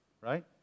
right